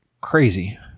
crazy